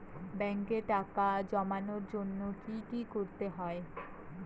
ব্যাংকে টাকা জমানোর জন্য কি কি করতে হয়?